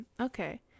okay